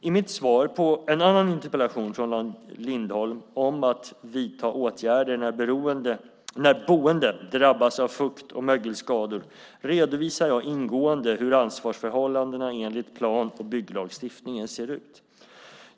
I mitt svar på en annan interpellation från Lindholm om att vidta åtgärder när boende drabbas av fukt och mögelskador redovisade jag ingående hur ansvarsförhållandena enligt plan och bygglagstiftningen ser ut.